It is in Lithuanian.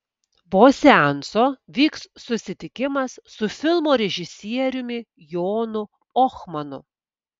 po seanso vyks susitikimas su filmo režisieriumi jonu ohmanu